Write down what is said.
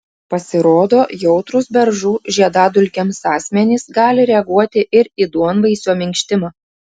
pasirodo jautrūs beržų žiedadulkėms asmenys gali reaguoti ir į duonvaisio minkštimą